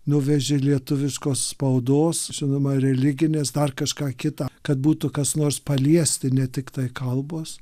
nuveži lietuviškos spaudos žinoma religinės dar kažką kitą kad būtų kas nors paliesti ne tiktai kalbos